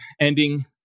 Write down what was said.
ending